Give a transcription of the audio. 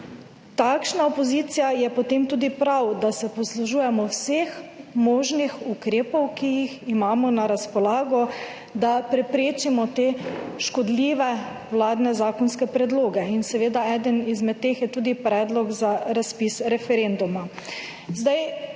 takšna opozicija je potem tudi prav, da se poslužujemo vseh možnih ukrepov, ki jih imamo na razpolago, da preprečimo te škodljive vladne zakonske predloge in seveda eden izmed teh je tudi predlog za razpis referenduma.